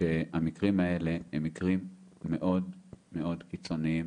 שהמקרים האלה הם מקרים מאוד מאוד קיצוניים,